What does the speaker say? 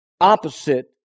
opposite